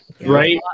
Right